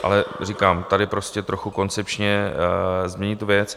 Ale říkám, tady prostě trochu koncepčně změnit tu věc.